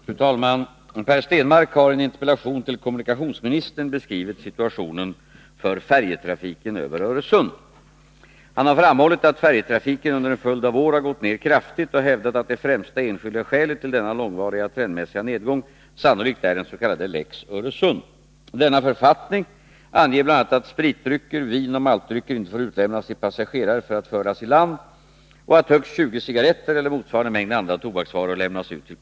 Fru talman! Per Stenmarck har i en interpellation till kommunikationsministern beskrivit situationen för färjetrafiken över Öresund. Han har framhållit att färjetrafiken under en följd av år har gått ner kraftigt, och hävdat att det främsta enskilda skälet till denna långvariga trendmässiga nedgång sannolikt är den s.k. lex Öresund. Denna författning anger bl.a. att spritdrycker, vin och maltdrycker inte får utlämnas till passagerare för att föras i land och att högst 20 cigarretter eller motsvarande mängd andra tobaksvaror lämnas ut till passagerare per enkel resa.